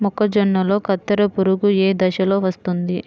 మొక్కజొన్నలో కత్తెర పురుగు ఏ దశలో వస్తుంది?